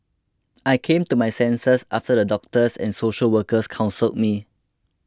I came to my senses after the doctors and social workers counselled me